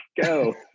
Go